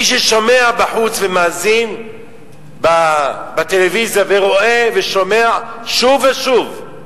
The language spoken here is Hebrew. מי ששומע בחוץ ומאזין בטלוויזיה ורואה ושומע שוב ושוב,